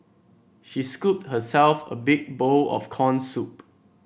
she scooped herself a big bowl of corn soup